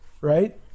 right